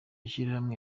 shyirahamwe